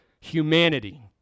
humanity